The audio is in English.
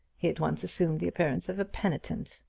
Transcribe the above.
he at once assumed the appearance of a penitent.